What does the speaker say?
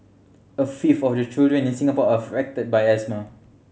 a fifth of the children in Singapore are affected by asthma